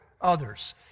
others